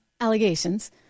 allegations